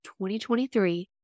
2023